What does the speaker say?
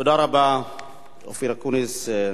תודה רבה לאופיר אקוניס,